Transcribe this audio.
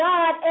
God